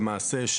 למעשה,